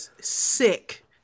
Sick